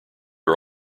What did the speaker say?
are